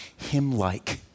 him-like